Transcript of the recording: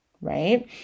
right